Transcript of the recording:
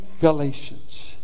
Galatians